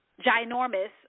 ginormous